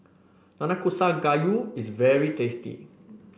Nanakusa Gayu is very tasty